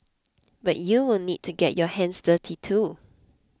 but you will need to get your hands dirty too